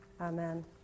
Amen